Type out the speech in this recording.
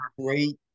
great